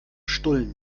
stullen